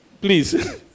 Please